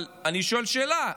אבל אני שואל שאלה: